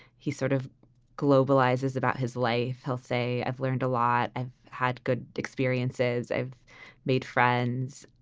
he sort of globalize is about his life. he'll say, i've learned a lot. i've had good experiences. i've made friends.